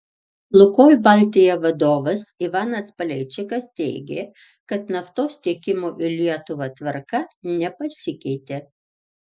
lukoil baltija vadovas ivanas paleičikas teigė kad naftos tiekimo į lietuvą tvarka nepasikeitė